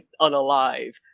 unalive